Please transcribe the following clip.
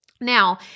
Now